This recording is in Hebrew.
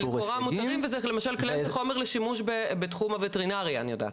לכאורה מותרים וזה למשל קלן זה חומר לשימוש בתחום הוטרינריה אני יודעת.